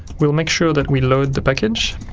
we'll make sure that we load the package